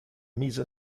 mise